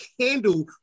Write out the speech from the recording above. handle